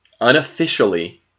unofficially